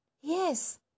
Yes